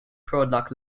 product